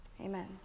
amen